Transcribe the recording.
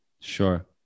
Sure